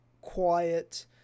quiet